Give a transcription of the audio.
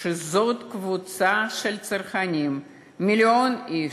שזאת קבוצה של צרכנים, מיליון איש,